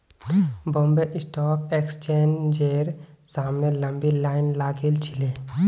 Bombay stock एक्सचेंजेर सामने लंबी लाइन लागिल छिले